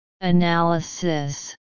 Analysis